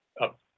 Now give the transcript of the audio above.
up